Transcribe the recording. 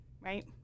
right